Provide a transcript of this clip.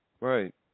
Right